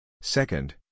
Second